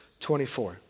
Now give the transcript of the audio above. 24